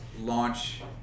launch